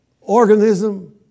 organism